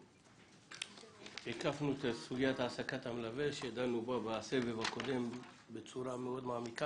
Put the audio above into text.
בסוגיית המלווה דנו בסבב הקודם בצורה מאוד מעמיקה